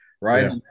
Right